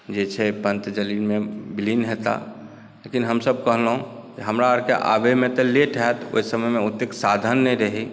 जे छै पञ्चतत्वमे विलीन हेताह लेकिन हमसभ कहलहुँ हमराअरके तऽ आबयमे तऽ लेट होयत ओय समयमे ओतेक साधन नहि रहए